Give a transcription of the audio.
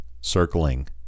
circling